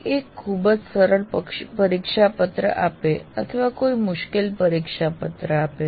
કોઈ એક ખૂબ જ સરળ પરીક્ષાપત્ર આપે અથવા કોઈ મુશ્કેલ પરીક્ષાપત્ર આપે